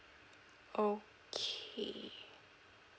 okay